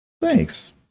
Thanks